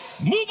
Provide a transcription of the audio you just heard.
Move